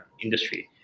industry